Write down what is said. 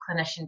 clinician